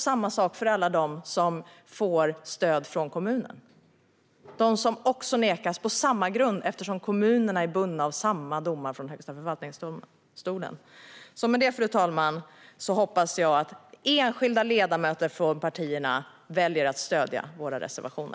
Samma sak gäller alla som får stöd från kommuner och som nekas på samma grund, eftersom kommunerna är bundna av samma domar från Högsta förvaltningsdomstolen. Jag hoppas att enskilda ledamöter från partierna väljer att stödja våra reservationer.